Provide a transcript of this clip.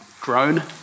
grown